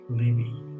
living